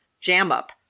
jam-up